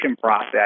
process